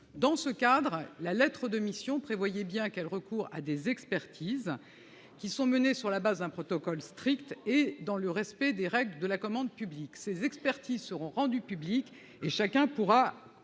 dans ce cadre, la lettre de mission prévoyait bien quel recours à des expertises qui sont menées sur la base d'un protocole strict et dans le respect des règles de la commande publique ces expertises seront rendues publiques et chacun pourra